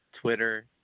Twitter